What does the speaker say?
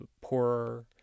poorer